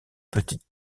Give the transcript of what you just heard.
petites